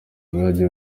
bwagiye